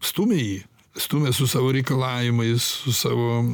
stumia jį stumia su savo reikalavimais su savo